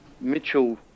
Mitchell